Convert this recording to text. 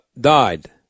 died